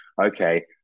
Okay